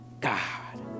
God